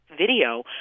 video